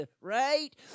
right